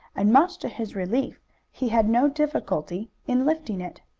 and much to his relief he had no difficulty in lifting it.